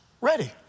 ready